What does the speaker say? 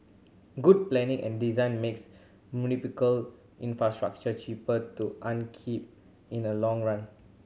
good planning and design makes infrastructure cheaper to upkeep in the long run